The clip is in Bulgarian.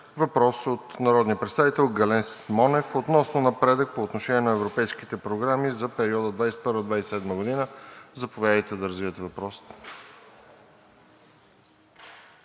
Въпрос от народния представител Гален Монев относно напредък по отношение на европейските програми за периода 2022 – 2027 г. Заповядайте да развиете въпроса.